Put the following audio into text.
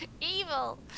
Evil